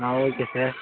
ah okay sir